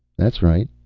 that's right.